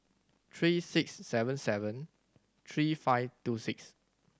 three six seven seven three five two six